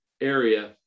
area